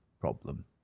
problem